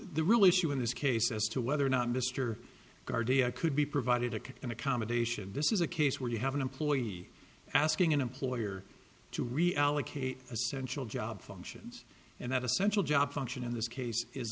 the real issue in this case as to whether or not mr guardian could be provided to an accommodation this is a case where you have an employee asking an employer to reallocate essential job functions and that essential job function in this case is